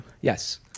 Yes